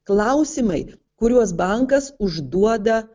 klausimai kuriuos bankas užduoda